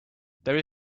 there